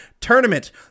tournament